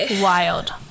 Wild